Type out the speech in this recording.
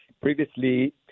previously